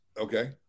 Okay